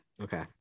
Okay